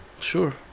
Sure